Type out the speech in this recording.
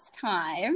time